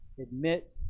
admit